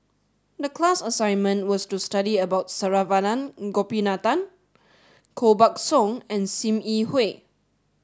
the class assignment was to study about Saravanan Gopinathan Koh Buck Song and Sim Yi Hui